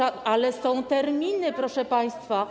Ale są terminy, proszę państwa.